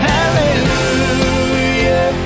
Hallelujah